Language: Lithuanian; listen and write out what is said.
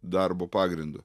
darbo pagrindu